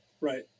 Right